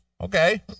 Okay